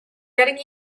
getting